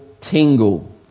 tingle